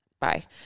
bye